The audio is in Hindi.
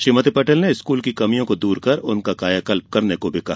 श्रीमती पटेल ने स्कूल की कमियों को दूर कर उनका कायाकल्प करने को कहा